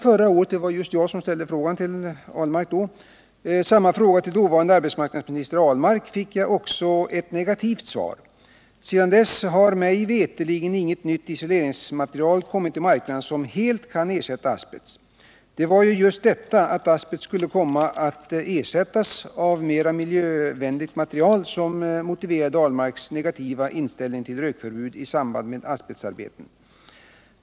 Det var just jag som i april förra året ställde samma fråga till dåvarande arbetsmarknadsministern Per Ahlmark, och jag fick även då ett negativt svar. Sedan dess har mig veterligen inget nytt isoleringsmaterial kommit i marknaden som helt kan ersätta asbest. Det var ju just detta, att asbest skulle komma att ersättas av mera miljövänligt material, som motiverade Per Ahlmarks negativa inställning till rökförbud i samband med asbestarbeten.